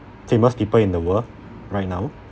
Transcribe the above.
famous people in the world right now